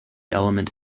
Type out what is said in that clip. element